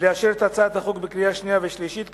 לאשר את הצעת החוק בקריאה שנייה ובקריאה שלישית,